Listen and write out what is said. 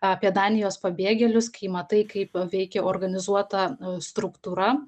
apie danijos pabėgėlius kai matai kaip veikia organizuota struktūra